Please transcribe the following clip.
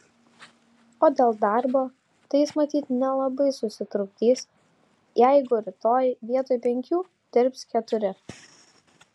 o dėl darbo tai jis matyt nelabai susitrukdys jeigu rytoj vietoj penkių dirbs keturi